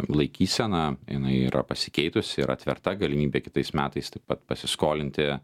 laikyseną jinai yra pasikeitusi ir atverta galimybė kitais metais taip pat pasiskolinti